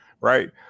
right